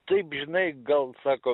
taip žinai gal sako